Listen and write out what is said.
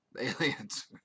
aliens